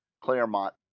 Claremont